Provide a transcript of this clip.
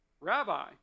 Rabbi